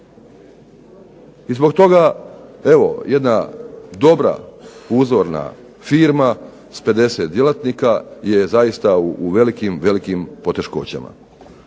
I zbog toga evo jedna uzorna firma s 50 djelatnika je zaista u velikim, velikim poteškoćama.